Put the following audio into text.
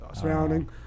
surrounding